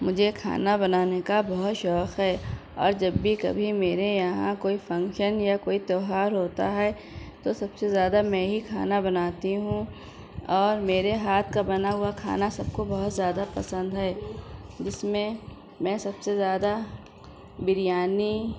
مجھے کھانا بنانے کا بہت شوق ہے اور جب بھی کبھی میرے یہاں کوئی فنکشن یا کوئی تیوہار ہوتا ہے تو سب سے زیادہ میں ہی کھانا بناتی ہوں اور میرے ہاتھ کا بنا ہوا کھانا سب کو بہت زیادہ پسند ہے جس میں میں سب سے زیادہ بریانی